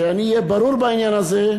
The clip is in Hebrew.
כדי שאהיה ברור בעניין הזה,